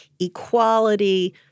equality